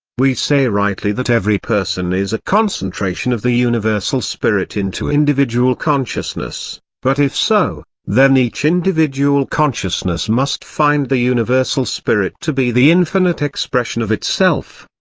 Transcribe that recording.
we say rightly that every person is a concentration of the universal spirit into individual consciousness but if so, then each individual consciousness must find the universal spirit to be the infinite expression of itself.